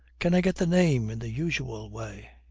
can i get the name in the usual way?